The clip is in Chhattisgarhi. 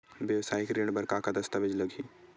वेवसायिक ऋण बर का का दस्तावेज लगही?